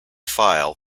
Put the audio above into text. file